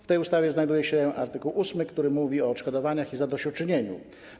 W tej ustawie znajduje się art. 8, który mówi o odszkodowaniach i zadośćuczynieniu.